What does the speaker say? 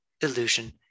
illusion